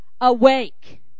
awake